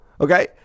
Okay